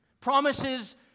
Promises